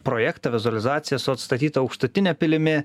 projektą vizualizaciją su atstatyta aukštutine pilimi